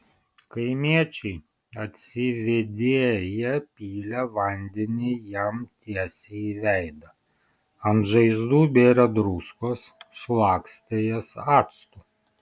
kaimiečiai atsivėdėję pylė vandenį jam tiesiai į veidą ant žaizdų bėrė druskos šlakstė jas actu